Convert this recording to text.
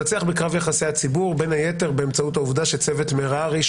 לנצח בקרב יחסי הציבור באמצעות העובדה שצוות מררי,